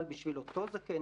אבל בשביל אותו זקן,